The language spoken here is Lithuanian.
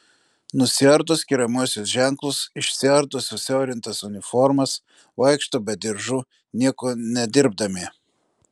nusiardo skiriamuosius ženklus išsiardo susiaurintas uniformas vaikšto be diržų nieko nedirbdami